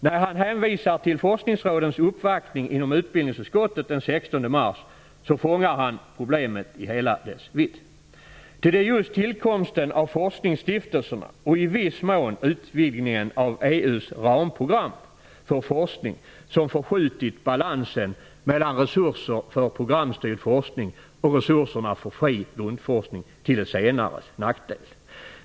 När han hänvisar till forskningsrådens uppvaktning i utbildningsutskottet den 16 mars fångar han problemet i hela dess vidd, ty det är just tillkomsten av forskningsstiftelserna och i viss mån utvidgningen av EU:s ramprogram för forskning som förskjutit balansen mellan resurser för forskningsprogram och resurser för fri grundforskning, till den senares nackdel.